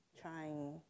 trying